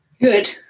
Good